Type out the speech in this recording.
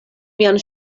mian